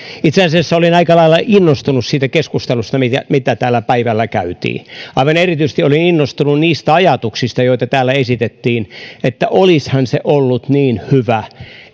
itse asiassa olin aika lailla innostunut siitä keskustelusta mitä täällä päivällä käytiin aivan erityisesti olin innostunut niistä ajatuksista joita täällä esitettiin että olisihan se ollut niin hyvä